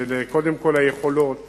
קודם כול של היכולות